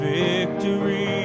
victory